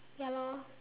ya lor